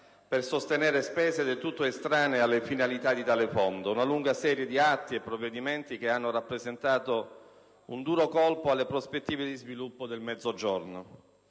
per sostenere spese del tutto estranee alle finalità di tale Fondo: una lunga serie di atti e provvedimenti che hanno rappresentato un duro colpo alle prospettive di sviluppo del Mezzogiorno.